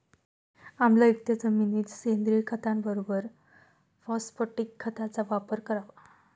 आम्लयुक्त जमिनीत सेंद्रिय खताबरोबर फॉस्फॅटिक खताचा वापर करावा